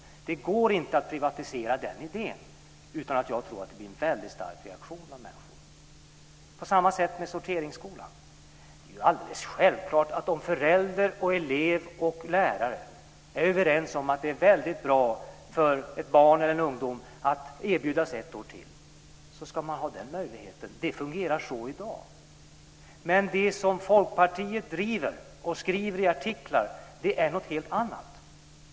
Jag tror inte att det går att privatisera den idén utan att det blir en väldigt stark reaktion bland människor. På samma sätt är det med sorteringsskolan. Det är alldeles självklart att om förälder, elev och lärare är överens om att det är väldigt bra för barnet eller den unga eleven att erbjudas ett år till så ska man ha den möjligheten. Det fungerar så i dag. Men det som Folkpartiet driver och skriver i artiklar är något helt annat.